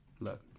Look